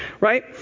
right